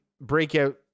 breakout